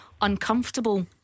uncomfortable